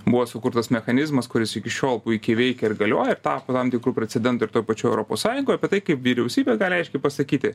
buvo sukurtas mechanizmas kuris iki šiol puikiai veikia ir galioja ir tapo tam tikru precedentu ir toj pačioj europos sąjungoj apie tai kaip vyriausybė gali aiškiai pasakyti